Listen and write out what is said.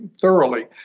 thoroughly